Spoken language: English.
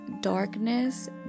darkness